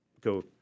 go